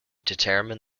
determine